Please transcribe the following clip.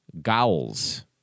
Gowls